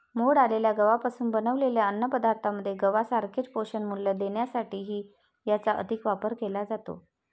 मोड आलेल्या गव्हापासून बनवलेल्या अन्नपदार्थांमध्ये गव्हासारखेच पोषणमूल्य देण्यासाठीही याचा अधिक वापर केला जातो